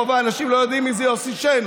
רוב האנשים לא יודעים מי זה יוסי שיין.